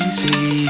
see